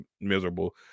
miserable